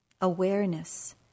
awareness